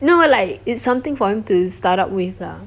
no like it's something for him to start up with lah